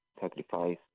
sacrifice